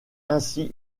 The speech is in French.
ainsi